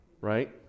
Right